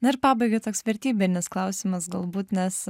na ir pabaigai toks vertybinis klausimas galbūt nes